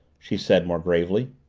she said more gravely.